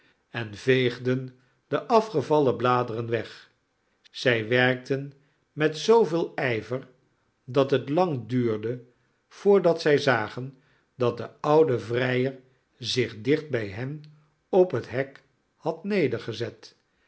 en veegden de afgevallen bladeren weg zij werkten met zooveel ijver dat het lang duurde voordat zij zagen dat de oude vrijer zich dicht bij hen op het hek had nedergezet